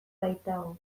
baitago